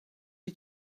you